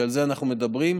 שעל זה אנחנו מדברים.